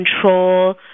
control